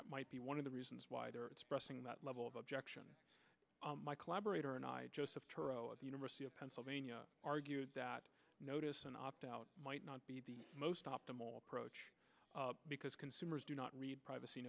that might be one of the reasons why they're expressing that level of objection my collaborator and i joseph turow at the university of pennsylvania argued that notice an opt out might not be the most optimal approach because consumers do not read privacy